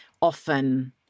often